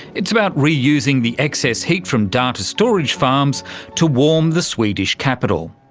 it's about reusing the excess heat from data storage farms to warm the swedish capital.